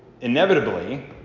inevitably